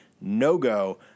no-go